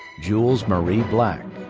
jules marie black.